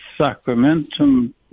sacramentum